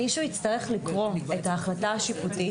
מישהו יצטרך לקרוא את ההחלטה השיפוטית